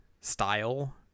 style